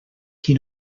qui